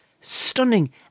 stunning